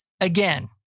again